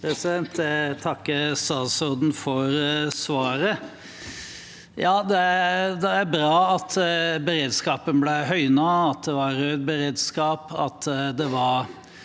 takker statsråd- en for svaret. Det er bra at beredskapen ble høynet, at det var beredskap, og at det var